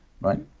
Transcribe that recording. right